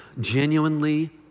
Genuinely